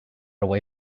away